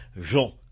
Jean